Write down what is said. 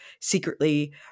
secretly